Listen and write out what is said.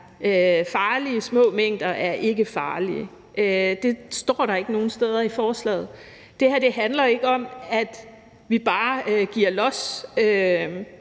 at små mængder ikke er farlige. Det står der ikke nogen steder i forslaget. Det her handler ikke om, at vi bare giver los.